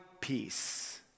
peace